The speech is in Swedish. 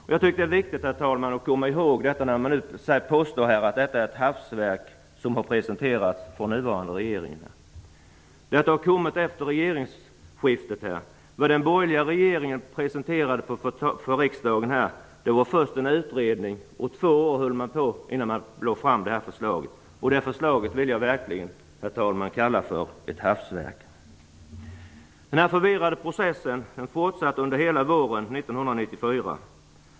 Jag tycker att det är viktigt, herr talman, att komma ihåg detta när man nu påstår att det är ett hafsverk som har presenterats av nuvarande regering. Detta har kommit efter regeringsskiftet. Det den borgerliga regeringen presenterade för riksdagen var först en utredning. Två år höll man på innan man lade fram förslaget. Det förslaget vill jag verkligen kalla för ett hafsverk. Den förvirrade processen fortsatte under hela våren 1994.